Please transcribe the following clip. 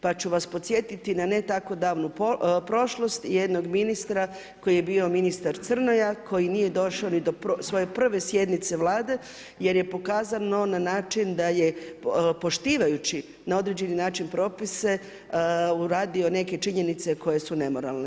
Pa ću vas podsjetiti na ne tako davnu prošlost, jednog ministra, koji je bio ministra Crnoja, koji nije došao ni do svoje prve sjednice Vlade, jer je pokazano na način da je poštivajući na određeni način propise, uradio neke činjenice koje su nemoralne.